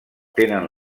tenen